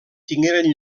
tingueren